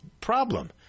problem